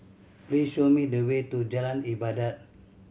please show me the way to Jalan Ibadat